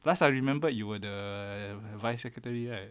plus I remember you were the vice secretary right